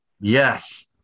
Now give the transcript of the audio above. yes